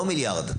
לא מיליארד.